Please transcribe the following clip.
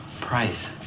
price